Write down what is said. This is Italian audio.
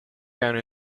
erano